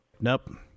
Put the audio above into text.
nope